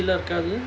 N_T_U_C